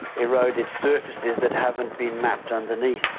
eroded surfaces that haven't been mapped underneath.